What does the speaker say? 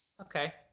Okay